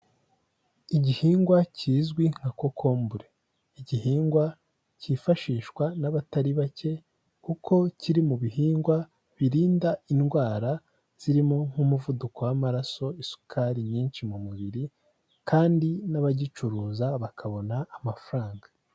Igihingwa kizwi nka kokombure, igihingwa cyifashishwa n'abatari bake kuko kiri mu bihingwa birinda indwara zirimo nk'umuvuduko w'amaraso, isukari nyinshi mu mubiri kandi n'abagicuruza bakabona amafaranga.